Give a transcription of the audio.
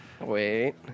Wait